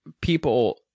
people